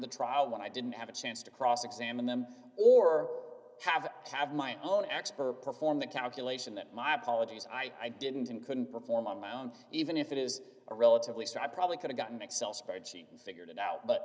the trial when i didn't have a chance to cross examine them or have to have my own expert perform the calculation that my apologies i didn't and couldn't perform on my own even if it is a relatively d so i probably could've gotten excel spreadsheet and figured it out